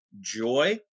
joy